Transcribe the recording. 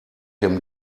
him